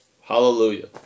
hallelujah